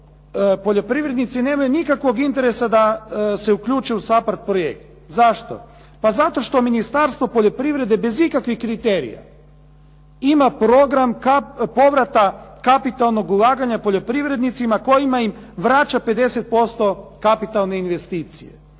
poljoprivrednici nemaju nikakvog interesa da se uključe u SAPARD projekt. Zašto? Pa zato što Ministarstvo poljoprivrede bez ikakvih kriterija ima program povrata kapitalnog ulaganja poljoprivrednicima kojima im vraća 50% kapitalne investicije.